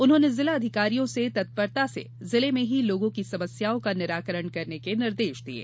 उन्होंने जिला अधिकारियों से तत्परता से जिले में ही लोगों की समस्याओं का निराकरण करने के निर्देश दिये